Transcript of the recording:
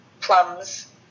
plums